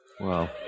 Wow